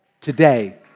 today